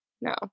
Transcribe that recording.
No